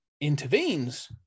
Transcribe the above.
intervenes